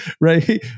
Right